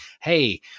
Hey